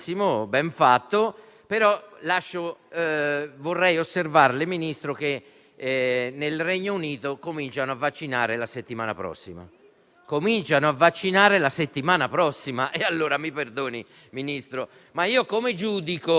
cominciano a vaccinare la settimana prossima. Mi perdoni, Ministro, ma come giudico la bontà di un'operazione fatta dal Governo se non con la rapidità? Questo è un problema tempo-dipendente, come l'infarto.